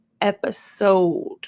episode